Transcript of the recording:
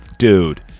Dude